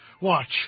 Watch